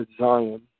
Zion